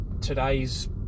today's